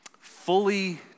fully